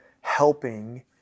helping